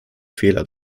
fehler